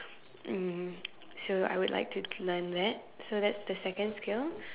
um so I would like to to learn that so that's the second skill